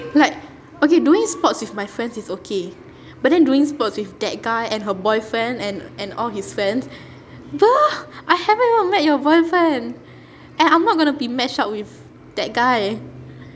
like okay doing sports with my friends is okay but then doing sports with that guy and her boyfriend and and all his friends bruh I haven't even met your boyfriend and I'm not going to be match up with that guy